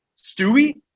Stewie